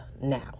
now